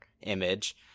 image